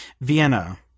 Vienna